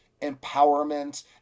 empowerment